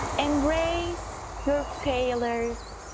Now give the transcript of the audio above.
embrace your failures